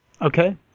Okay